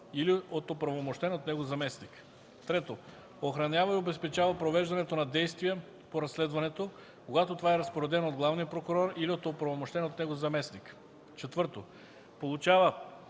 или от оправомощен от него заместник; 3. охранява и обезпечава провеждането на действия по разследването, когато това е разпоредено от главния прокурор или от оправомощен от него заместник; 4. получава